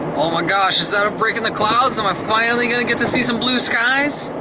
oh my gosh! is that a break in the clouds? am i finally going to get to see some blue skies?